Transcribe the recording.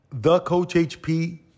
thecoachhp